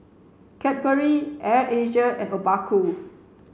Cadbury Air Asia and Obaku